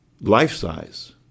Life-size